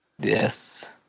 Yes